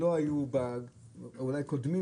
אולי קודמים,